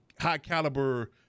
high-caliber